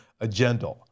agenda